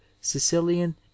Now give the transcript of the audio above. Sicilian